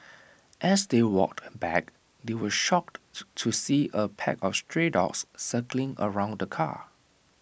as they walked back they were shocked to see A pack of stray dogs circling around the car